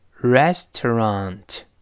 restaurant